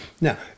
Now